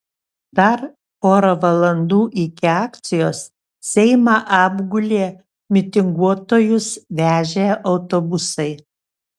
dar pora valandų iki akcijos seimą apgulė mitinguotojus vežę autobusai